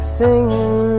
singing